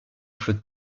flotte